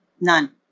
None